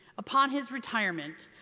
upon his retirement,